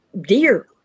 deer